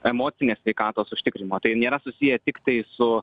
emocinės sveikatos užtikrinimo tai nėra susiję tiktai su